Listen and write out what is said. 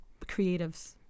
creatives